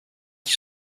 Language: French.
qui